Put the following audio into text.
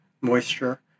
moisture